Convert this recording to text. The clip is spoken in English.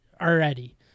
already